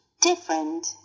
Different